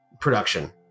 production